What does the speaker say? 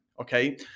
Okay